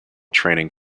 training